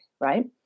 right